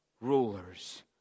rulers